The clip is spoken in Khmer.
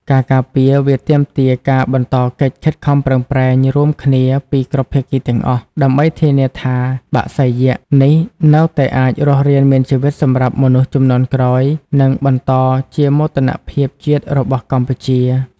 ការការពារវាទាមទារការបន្តកិច្ចខិតខំប្រឹងប្រែងរួមគ្នាពីគ្រប់ភាគីទាំងអស់ ដើម្បីធានាថា បក្សីយក្ស នេះនៅតែអាចរស់រានមានជីវិតសម្រាប់មនុស្សជំនាន់ក្រោយ និងបន្តជាមោទនភាពជាតិរបស់កម្ពុជា។